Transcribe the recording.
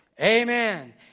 Amen